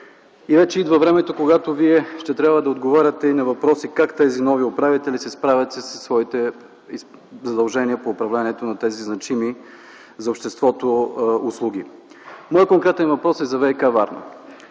Идва времето, когато Вие ще трябва да отговаряте и на въпроси: как тези нови управители се справят със своите задължения по управлението на тези значими за обществото услуги? Моят конкретен въпрос е за ВиК-Варна.